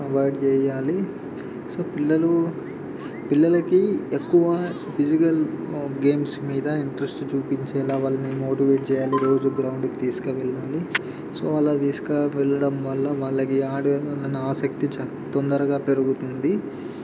avoid చేయాలి so పిల్లలు పిల్లలకి ఎక్కువ ఫిజికల్ గేమ్స్ మీద ఇంట్రస్ట్ చూపించేలాగా వాళ్ళని మోటివేట్ చేయాలి రోజు గ్రౌండ్కి తీసుకు వెళ్ళగలగాలి సో అలా తీసుకు వెళ్ళడం వల్ల వాళ్ళకి ఆడాలి అన్న ఆసక్తి చా తొందరగా పెరుగుతుంది